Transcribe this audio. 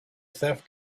theft